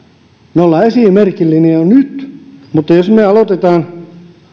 me olemme esimerkillisiä jo nyt mutta jos me me aloitamme